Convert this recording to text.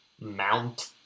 Mount